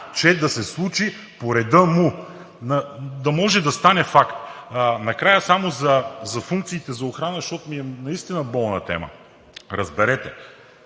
че да се случи по реда му, да може да стане факт. Накрая само за функциите за охрана, защото ми е наистина болна тема. Разберете,